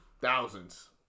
thousands